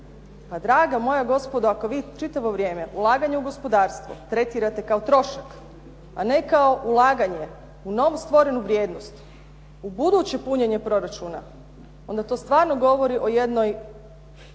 draga moja gospodo, ako vi čitavo vrijeme ulaganje u gospodarstvo tretirate kao trošak, a ne kao ulaganje u novu stvorenu vrijednost, u buduće punjenje proračuna, onda to stvarno govori o jednoj